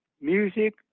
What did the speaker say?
music